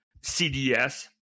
CDS